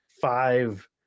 five